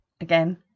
again